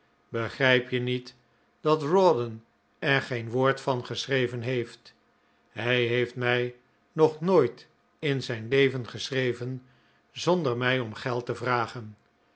begrijp je niet dat rawdon er geen woord van geschreven heeft hij heeft mij nog nooit in zijn leven geschreven zonder mij om geld te vragen